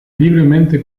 libremente